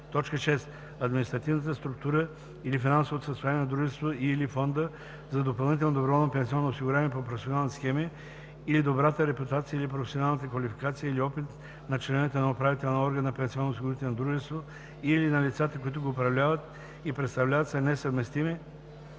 и 17; 6. административната структура или финансовото състояние на дружеството и/или фонда за допълнително доброволно пенсионно осигуряване по професионални схеми, или добрата репутация или професионалната квалификация, или опит на членовете на управителния орган на пенсионноосигурителното дружество и/или на лицата, които го управляват и представляват, са несъвместими